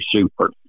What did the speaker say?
super